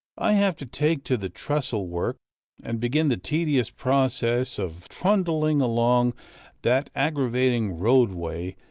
i have to take to the trestle-work and begin the tedious process of trundling along that aggravating roadway,